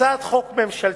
הצעת חוק ממשלתית.